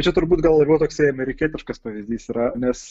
čia turbūt gal labiau toksai amerikietiškas pavyzdys yra nes